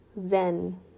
zen